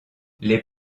les